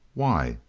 why?